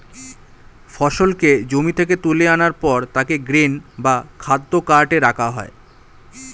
ফসলকে জমি থেকে তুলে আনার পর তাকে গ্রেন বা খাদ্য কার্টে রাখা হয়